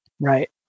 Right